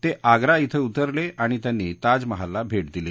ते आग्रा क्षे उतरले आणि त्यांनी ताजमहालला भेट दिली